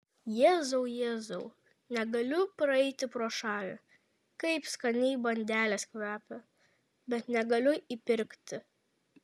jėzau jėzau negaliu praeiti pro šalį kaip skaniai bandelės kvepia bet negaliu įpirkti